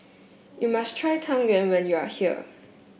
you must try Tang Yuen when you are here